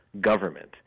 government